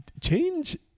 change